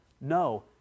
No